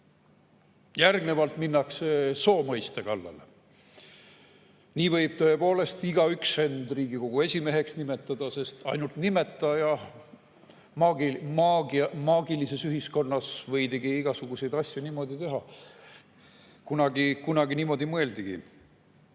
Järgnevalt minnakse soo mõiste kallale. Nii võib tõepoolest igaüks end Riigikogu esimeheks nimetada, sest ainult nimeta ja maagilises ühiskonnas võidki igasuguseid asju niimoodi teha. Kunagi niimoodi mõeldigi.